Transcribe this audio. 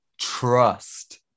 Trust